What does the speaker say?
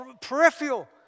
peripheral